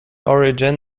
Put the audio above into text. origin